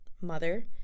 mother